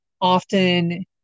often